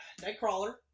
Nightcrawler